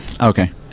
Okay